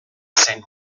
zen